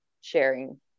sharing